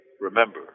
Remember